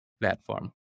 platform